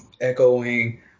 echoing